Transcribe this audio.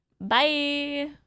Bye